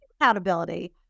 accountability